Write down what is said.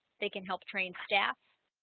they can help train staff